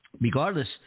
regardless –